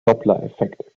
dopplereffekt